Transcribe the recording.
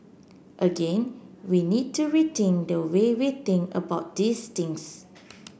again we need to rethink the way we think about these things